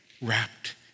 wrapped